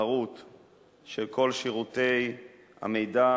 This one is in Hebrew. לתחרות של כל שירותי המידע